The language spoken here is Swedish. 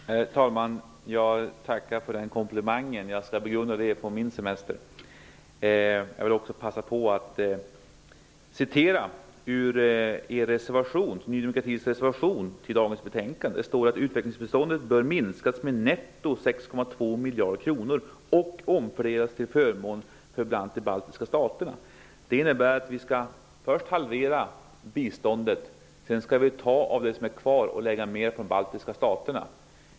Herr talman! Jag tackar för den komplimangen. Jag skall begrunda den på min semester. Jag vill också passa på att citera ur Ny demokratis reservation till dagens betänkande. Där står: miljarder kronor och omfördelas till förmån för bl.a. de baltiska staterna.'' Det innebär att vi först skall halvera biståndet och sedan ta av det som är kvar och lägga mer av det på de baltiska staterna.